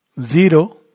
zero